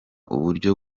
uburyo